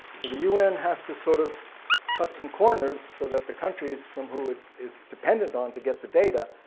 so the un has to sort of cut some corners so that the countries from who it is dependent on to get the data,